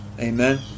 Amen